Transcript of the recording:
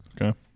Okay